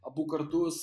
abu kartus